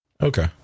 Okay